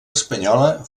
espanyola